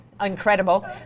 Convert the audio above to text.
Incredible